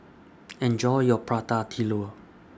Enjoy your Prata Telur